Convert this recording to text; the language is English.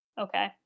okay